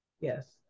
Yes